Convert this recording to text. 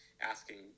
asking